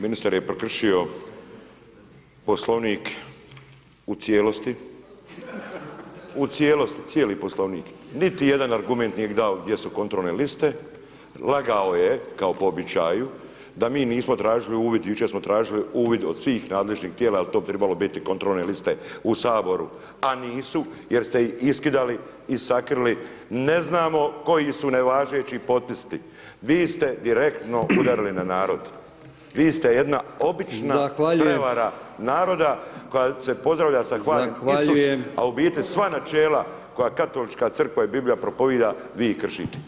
Ministar je prekršio Poslovnik u cijelosti, u cijelosti, cijeli Poslovnik, niti jedan argument nije dao gdje su kontrolne liste, lagao je kao po običaju da mi nismo tražili uvid, jučer smo tražili uvid od svih nadležnih tijela, jel to bi trebalo biti kontrolne liste u HS, a nisu jer ste ih iskidali i sakrili, ne znamo koji su nevažeći potpisti, vi ste direktno udarili na narod, vi ste jedna obična [[Upadica: Zahvaljujem]] prevara naroda koja se pozdravlja [[Upadica: Zahvaljujem]] sa Hvaljen Isus, a u biti sva načela koja Katolička crkva i Biblija propovida vi ih kršite.